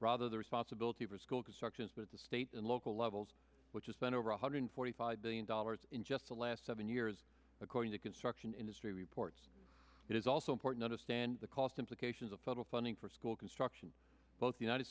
brother the responsibility for school construction with the state and local levels which is then over one hundred forty five billion dollars in just the last seven years according to construction industry reports it is also important understand the cost implications of federal funding for school construction both united